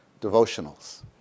devotionals